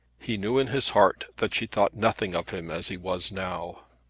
he knew in his heart that she thought nothing of him as he was now.